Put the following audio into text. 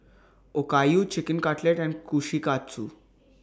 Okayu Chicken Cutlet and Kushikatsu